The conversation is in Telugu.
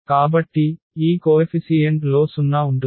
కాబట్టి ఈ కోఎఫిసీయెంట్ లో 0 ఉంటుంది